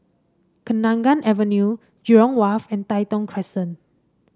Kenanga Avenue Jurong Wharf and Tai Thong Crescent